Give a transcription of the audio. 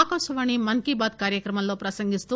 ఆకాశవాణి మన్ కీ బాత్ కార్యక్రమంలో ప్రసంగిస్తూ